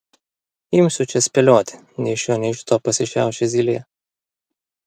imsiu čia spėlioti nei iš šio nei iš to pasišiaušė zylė